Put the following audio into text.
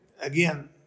again